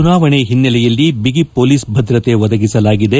ಚುನಾವಣೆ ಹಿನ್ನೆಲೆಯಲ್ಲಿ ಬಗಿ ಪೊಲೀಸ್ ಭದ್ರತೆ ಒದಗಿಸಲಾಗಿದೆ